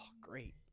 great